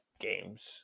games